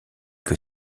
que